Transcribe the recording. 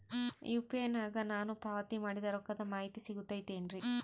UPI ನಾಗ ನಾನು ಪಾವತಿ ಮಾಡಿದ ರೊಕ್ಕದ ಮಾಹಿತಿ ಸಿಗುತೈತೇನ್ರಿ?